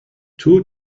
two